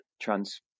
trans